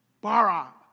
bara